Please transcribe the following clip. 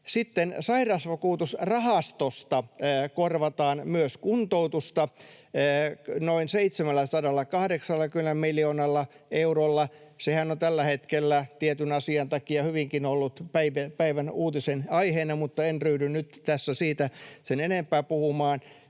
Sairausvakuutusrahastosta korvataan myös kuntoutusta noin 780 miljoonalla eurolla. Sehän on tällä hetkellä tietyn asian takia hyvinkin ollut päivän uutisen aiheena, mutta en ryhdy nyt tässä siitä sen enempää puhumaan.